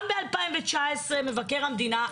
גם ב-2019 מבקר המדינה,